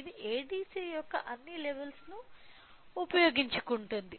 ఇది ADC యొక్క అన్ని లెవెల్స్ ను ఉపయోగించుకుంటుంది